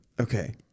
okay